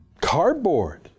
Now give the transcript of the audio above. cardboard